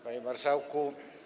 Panie Marszałku!